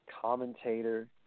commentator